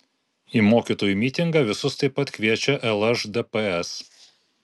į mokytojų mitingą visus taip pat kviečia lšdps